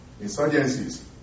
insurgencies